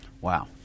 Wow